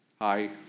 Hi